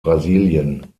brasilien